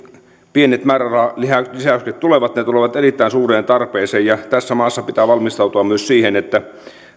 pienet määrärahalisäykset tulevat ne tulevat erittäin suureen tarpeeseen ja tässä maassa pitää valmistautua myös siihen että